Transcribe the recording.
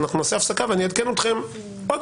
אנחנו נעשה הפסקה ואני אעדכן אתכם שוב,